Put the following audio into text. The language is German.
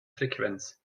frequenz